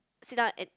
sit down and